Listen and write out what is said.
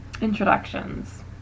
introductions